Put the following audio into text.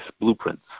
blueprints